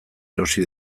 erosi